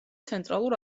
ცენტრალურ